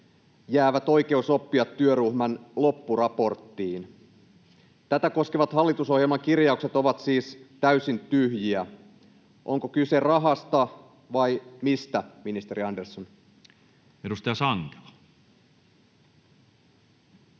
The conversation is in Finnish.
jäävät Oikeus oppia ‑työryhmän loppuraporttiin. Tätä koskevat hallitusohjelmakirjaukset ovat siis täysin tyhjiä. Onko kyse rahasta vai mistä, ministeri Andersson? Edustaja Sankelo.